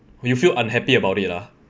you feel unhappy about it lah